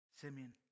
Simeon